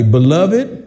Beloved